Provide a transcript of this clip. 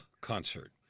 concert